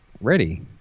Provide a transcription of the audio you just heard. ready